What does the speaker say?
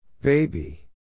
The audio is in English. Baby